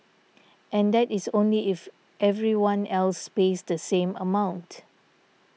and that is only if everyone else pays the same amount